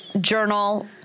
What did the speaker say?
journal